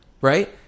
Right